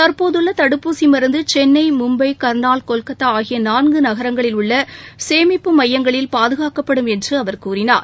தற்போதுள்ள தடுப்பூசி மருந்து சென்னை மும்பை கா்னால் கொல்கத்தா ஆகிய நான்கு நகரங்களில் உள்ள சேமிப்பு மையங்களில் பாதுகாக்கப்படும் என்று அவர் கூறினார்